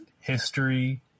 history